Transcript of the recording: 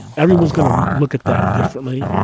everyone's going to look at that differently.